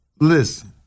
listen